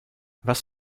was